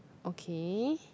okay